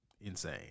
insane